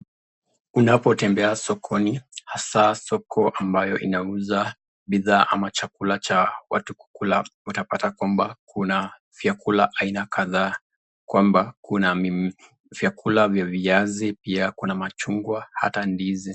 Unapotembea sokoni hasa soko ambayo inauza bidhaa ama chakula cha watu kukula, utapata kwamba kuna vyakula aina kadhaa kwamba kuna vyakula vya viazi, pia kuna machungwa na hata ndizi.